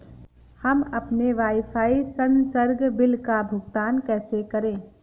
हम अपने वाईफाई संसर्ग बिल का भुगतान कैसे करें?